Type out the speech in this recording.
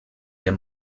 des